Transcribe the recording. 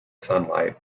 sunlight